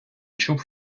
чув